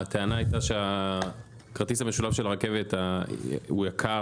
הטענה היתה שהכרטיס המשולב של הרכבת הוא יקר,